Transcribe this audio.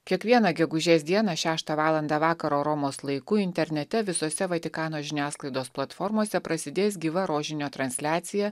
kiekvieną gegužės dieną šeštą valandą vakaro romos laiku internete visose vatikano žiniasklaidos platformose prasidės gyva rožinio transliacija